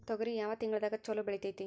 ತೊಗರಿ ಯಾವ ತಿಂಗಳದಾಗ ಛಲೋ ಬೆಳಿತೈತಿ?